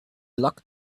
locked